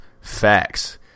facts